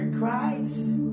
Christ